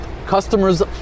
customers